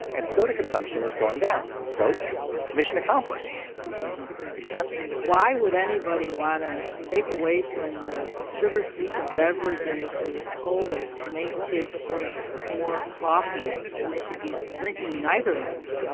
and soda consumption is going down. so mission accomplished except why would anybody want to take away from the sugar sweetened beverage industry of colas to make kids drink more coffee when they should be drinking? neither of them.